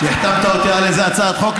שהחתמת אותי על איזו הצעת חוק,